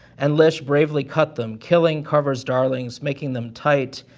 and lish bravely cut them, killing carver's darlings, making them tight,